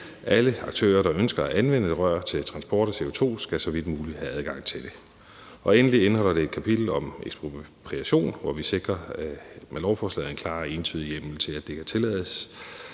Alle aktører, der ønsker at anvende et rør til transport af CO2, skal så vidt muligt have adgang til det. Endelig indeholder lovforslaget et kapitel om ekspropriation, og med lovforslaget sikrer vi en klar og entydig hjemmel til, at det kan tillades,